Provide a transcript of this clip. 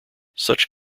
such